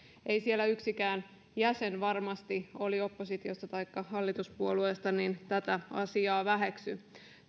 ei siellä yksikään jäsen varmasti oli oppositiosta taikka hallituspuolueesta tätä asiaa väheksy